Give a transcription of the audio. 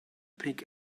pick